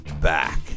back